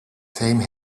same